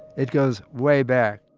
it goes way back